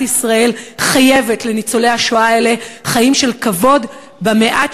ישראל חייבת לניצולי השואה האלה חיים של כבוד במעט